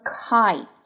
kite